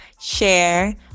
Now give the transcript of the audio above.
share